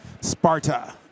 Sparta